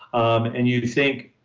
um and you'd think,